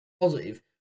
positive